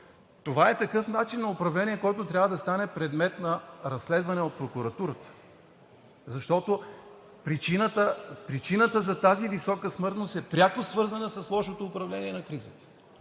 такъв е начинът на управление, който трябва да стане предмет на разследване от прокуратурата, защото причината за тази висока смъртност е пряко свързана с лошото управление на кризата,